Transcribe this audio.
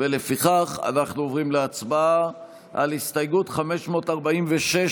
לפיכך אנחנו עוברים להצבעה על הסתייגות 546,